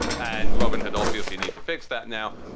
and robin hood obviously need to fix that now,